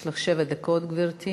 יש לך שבע דקות, גברתי.